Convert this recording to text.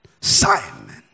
Simon